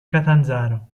catanzaro